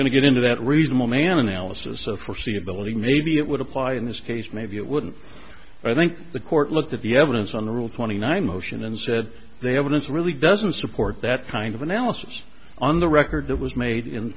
going to get into that reasonable man analysis of foreseeability maybe it would apply in this case maybe it wouldn't i think the court looked at the evidence on the rule twenty nine motion and said they haven't really doesn't support that kind of analysis on the record that was made in